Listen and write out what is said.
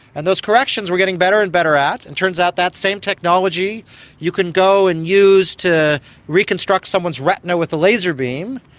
and those corrections we're getting better and better at. it and turns out that same technology you can go and use to reconstruct someone's retina with a laser beam,